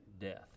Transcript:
death